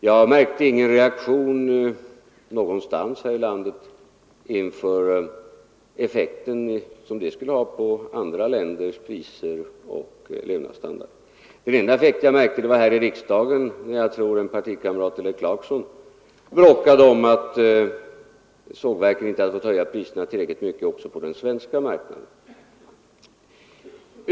Jag märkte ingen reaktion någonstans här i landet inför den effekt som det skulle ha på andra länders priser och levnadsstandard. Den enda effekt jag märkte var här i riksdagen, där en partikamrat till herr Clarkson bråkade om att sågverken inte hade fått höja priserna tillräckligt mycket också på den svenska marknaden.